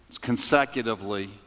consecutively